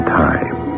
time